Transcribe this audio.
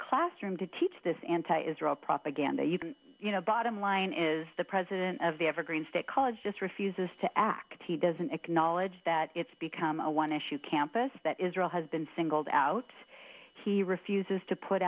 classroom to teach this anti israel propaganda even you know bottom line is the president of the evergreen state college just refuses to accept he doesn't acknowledge that it's become a one issue campus that israel has been singled out he refuses to put